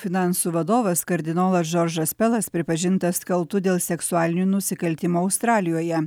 finansų vadovas kardinolas džordžas pelas pripažintas kaltu dėl seksualinių nusikaltimų australijoje